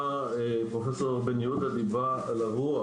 פרופ' בן יהודה דיברה על הרוח